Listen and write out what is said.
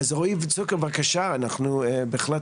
בארבע